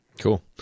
Cool